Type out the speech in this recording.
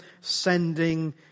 sending